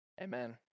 Amen